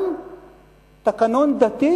גם תקנון דתי